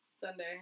Sunday